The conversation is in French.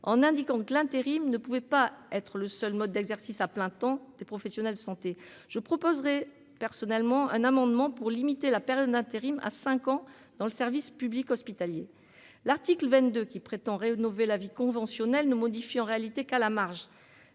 en indiquant que l'intérim ne pouvait pas être le seul mode d'exercice à plein temps des professionnels de santé, je proposerai personnellement un amendement pour limiter la période d'intérim à cinq ans, dans le service public hospitalier, l'article 22 qui prétend rénover la vie conventionnelle ne modifie en réalité qu'à la marge